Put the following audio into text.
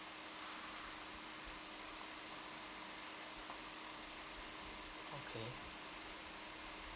okay